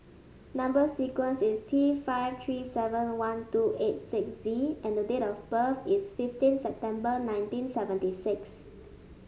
number sequence is T five three seven one two eight six Z and the date of birth is fifteen September nineteen seventy six